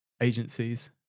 agencies